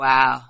Wow